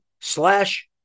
slash